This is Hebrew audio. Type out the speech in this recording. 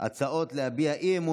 הצעת חוק